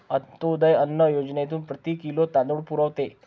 अंत्योदय अन्न योजनेतून प्रति किलो तांदूळ पुरवतो